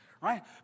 Right